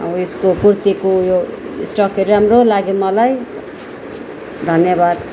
यसको कुर्तीको यो स्टकहरू राम्रो लाग्यो मलाई धन्यवाद